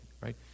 right